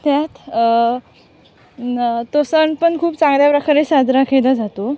त्यात न तो सण पण खूप चांगल्या प्रकारे साजरा केला जातो